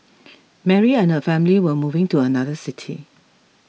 Mary and her family were moving to another city